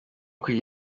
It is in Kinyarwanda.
kugira